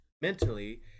mentally